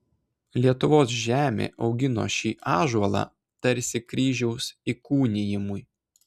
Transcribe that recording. lietuvos žemė augino šį ąžuolą tarsi kryžiaus įkūnijimui